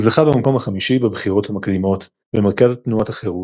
הוא זכה במקום החמישי בבחירות המקדימות במרכז תנועת החרות,